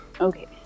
Okay